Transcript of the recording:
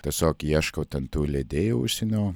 tiesiog ieškau ten tų leidėjų užsienio